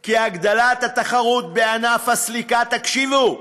כי הגדלת התחרות בענף הסליקה, תקשיבו,